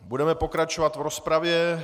Budeme pokračovat v rozpravě.